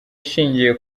ishingiye